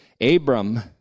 Abram